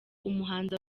umuhanzi